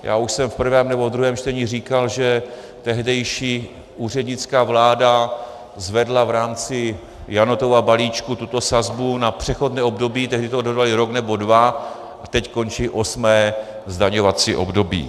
Já už jsem v prvém nebo ve druhém čtení říkal, že tehdejší úřednická vláda zvedla v rámci Janotova balíčku tuto sazbu na přechodné období, tehdy to odhadovali rok nebo dva, teď končí osmé zdaňovací období.